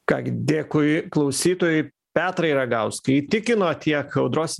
ką gi dėkui klausytojui petrai ragauskai įtikino tiek audros